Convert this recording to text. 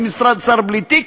אם שר בלי תיק,